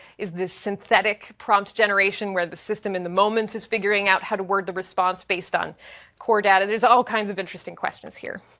is this synthetic prompt generation where the system in the moment is figuring out how to word the response based on core data? there's all kinds of interesting questions here.